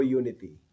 unity